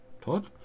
pod